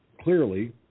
clearly